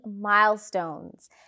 milestones